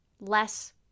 less